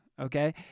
okay